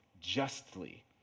justly